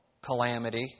calamity